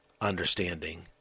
understanding